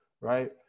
Right